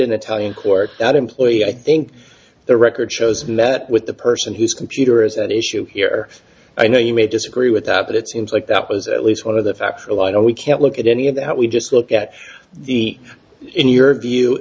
an italian court that employee i think the record shows met with the person whose computer is an issue here i know you may disagree with that but it seems like that was at least one of the facts a lie we can't look at any of that we just look at the in your view